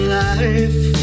life